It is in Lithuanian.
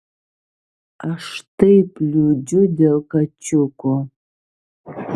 aš taip liūdžiu dėl kačiukų